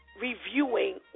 reviewing